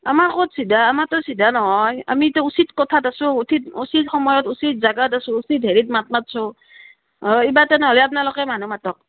আমাৰ ক'ত চিধা আমাৰটো চিধা নহয় আমিতো উচিত কথাত আছোঁ উচিত উচিত সময়ত উচিত জেগাত আছোঁ উচিত হেৰিত মাত মাতিছোঁ অ এইবাৰ তেনেহ'লে আপোনালোকে মানুহ মাতক